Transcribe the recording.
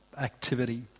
activity